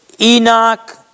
Enoch